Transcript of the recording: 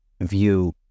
view